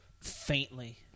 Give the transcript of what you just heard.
Faintly